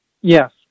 Yes